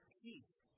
peace